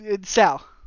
Sal